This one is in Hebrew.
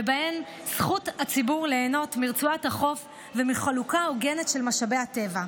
ובהן זכות הציבור ליהנות מרצועת החוף ומחלוקה הוגנת של משאבי הטבע.